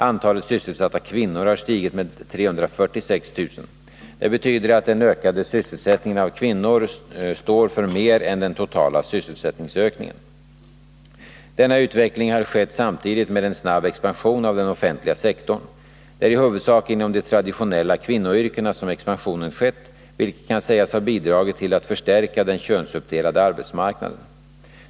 Antalet sysselsatta kvinnor har stigit med 346 000. Det betyder att den ökande sysselsättningen av kvinnor står för mer än den totala sysselsättningsökningen. Denna utveckling har skett samtidigt med en snabb expansion av den offentliga sektorn. Det är i huvudsak inom de traditionella kvinnoyrkena som expansionen skett, vilket kan sägas ha bidragit till att förstärka könsuppdelningen på arbetsmarknaden.